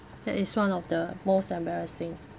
that is one of the most embarrassing